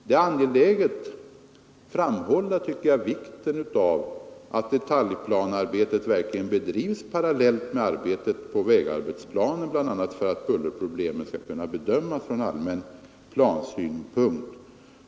Det är angeläget framhålla, tycker jag, vikten av att detaljplanearbetet verkligen bedrivs parallellt med arbetet på vägarbetsplanen, bl.a. för att bullerproblemen skall kunna bedömas från allmän plansynpunkt.